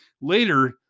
Later